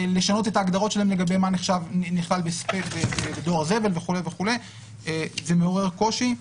לשנות את ההגדרות שלהן לגבי מה נכלל בדואר זבל וכולי וזה מעורר קושי.